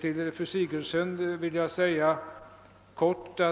Till fru Sigurdsen vill jag helt kort säga,